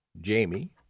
Jamie